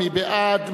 מי בעד?